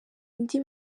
indi